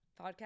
podcast